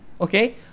okay